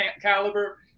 caliber